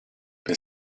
per